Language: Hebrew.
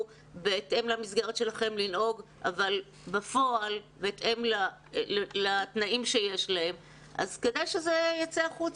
בהתאם למסגרת שלכם לנהוג בהתאם לתנאים שיש להם כדאי שזה יצא החוצה.